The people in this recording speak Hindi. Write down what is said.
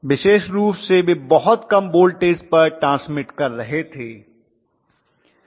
विशेष रूप से वे बहुत कम वोल्टेज पर ट्रैन्स्मिट कर रहे थे